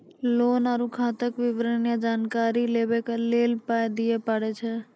Loan आर खाताक विवरण या जानकारी लेबाक लेल पाय दिये पड़ै छै?